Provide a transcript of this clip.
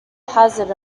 hazard